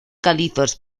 calizos